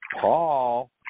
Paul